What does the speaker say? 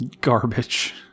Garbage